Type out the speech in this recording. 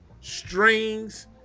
strings